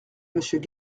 monsieur